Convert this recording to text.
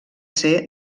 ser